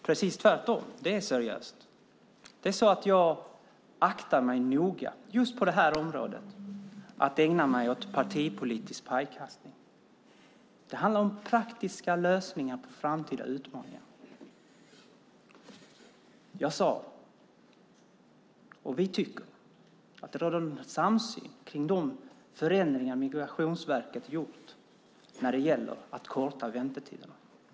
Herr talman! Det är precis tvärtom. Det är seriöst. Just på detta område aktar jag mig noga för att ägna mig åt partipolitisk pajkastning. Det handlar om praktiska lösningar på framtida utmaningar. Jag sade, och vi tycker, att det råder en samsyn kring de förändringar Migrationsverket gjort när det gäller att korta väntetiden.